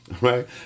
right